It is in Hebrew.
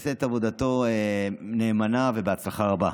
שיעשה את עבודתו נאמנה ובהצלחה רבה.